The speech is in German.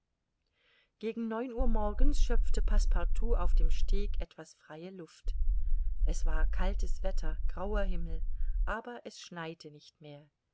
gegen neun uhr morgens schöpfte passepartout auf dem steg etwas freie luft es war kaltes wetter grauer himmel aber es schneite nicht mehr